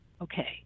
okay